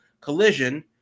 Collision